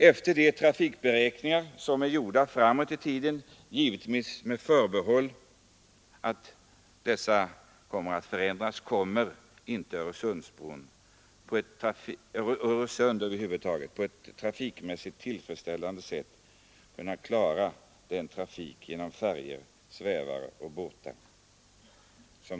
Om de trafikberäkningar som gjorts avseende framtiden är riktiga, kommer inte Öresund att på ett trafikmässigt tillfredsställande sätt kunna klara trafiken med färjor, svävare och båtar.